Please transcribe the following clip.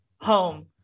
home